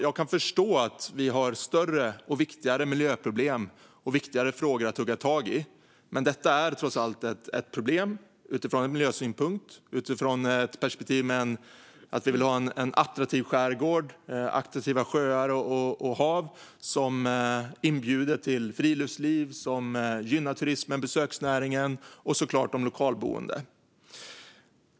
Jag kan förstå att vi har större och viktigare miljöproblem och frågor att ta tag i, men detta är trots allt ett problem ur miljösynpunkt och mot bakgrund att vi vill ha en attraktiv skärgård och attraktiva sjöar och hav som inbjuder till friluftsliv och som gynnar turism och besöksnäringen och såklart de lokalboende.